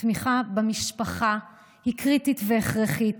התמיכה במשפחה היא קריטית והכרחית